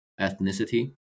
ethnicity